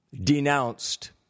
denounced